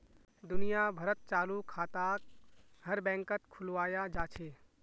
दुनिया भरत चालू खाताक हर बैंकत खुलवाया जा छे